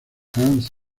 hans